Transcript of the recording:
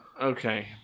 okay